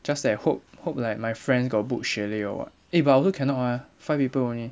just that hope hope like my friends got book chalet or what eh but also cannot mah five people only